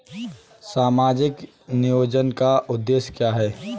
सामाजिक नियोजन का उद्देश्य क्या है?